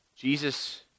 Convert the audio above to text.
Jesus